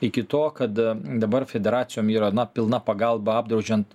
iki to kad dabar federacijom yra na pilna pagalba apdraudžiant